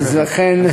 אז לכן,